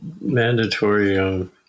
mandatory